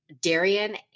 Darian